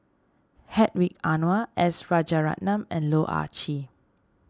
Hedwig Anuar S Rajaratnam and Loh Ah Chee